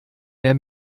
mehr